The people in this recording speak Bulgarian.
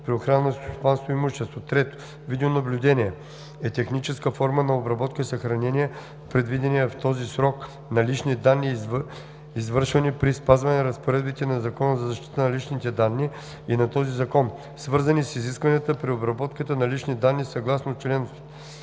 при охрана на селскостопанско имущество. 3. „Видеонаблюдение“ е техническа форма на обработка и съхранение в предвидения в закона срок на лични данни, извършвани при спазване разпоредбите на Закона за защита на личните данни и на този закон, свързани с изискванията при обработката на лични данни съгласно чл.